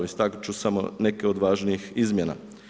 Istaknuti ću samo neke od važnijih izmjena.